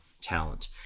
talent